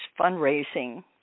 fundraising